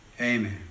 Amen